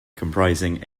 comprising